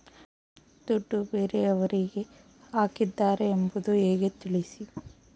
ದುಡ್ಡು ಬೇರೆಯವರಿಗೆ ಹಾಕಿದ್ದಾರೆ ಎಂಬುದು ಹೇಗೆ ತಿಳಿಸಿ?